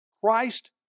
Christ